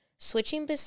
switching